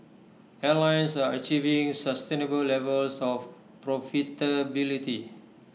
airlines are achieving sustainable levels of profitability